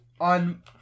on